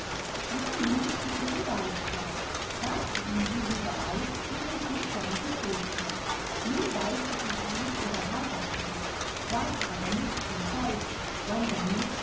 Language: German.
sie ging nun zu ihrem beichtvater fragte ihn hierüber aus und empfing seine bestätigung nun beichtete sie ihm ihre heiratswünsche sagte aber nichts vom teufel sondern nur